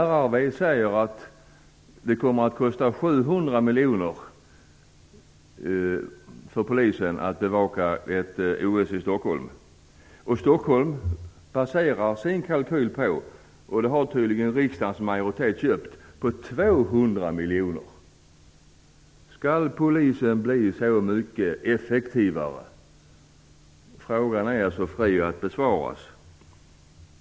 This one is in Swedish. RRV säger att det kommer att kosta 700 miljoner för polisen att bevaka ett OS i Stockholm. Stockholms kommun baserar sin kalkyl på att det kommer att kosta 200 miljoner, och det har tydligen riksdagens majoritet köpt. Skall polisen bli så mycket effektivare? Frågan är fri att besvara.